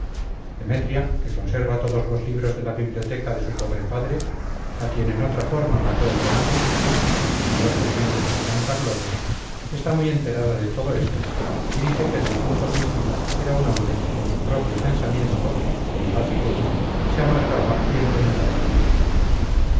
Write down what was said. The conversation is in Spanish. demetria que conserva todos los libros de la biblioteca de su pobre padre a quien en otra forma mató el romanticismo dios le tenga en su santa gloria está muy enterada de todo esto y dice que el difunto suicida era un hombre que con su propio pensamiento como la cicuta se amargaba y envenenaba la vida